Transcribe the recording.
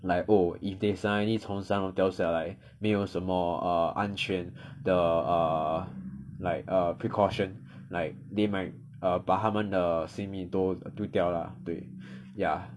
like oh if they suddenly 从上掉下来没有什么 err 安全的 err like err precaution like they might err 把他们的性命都丢掉啦对 ya